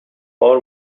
خوار